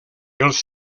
els